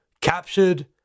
captured